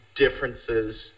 differences